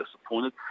disappointed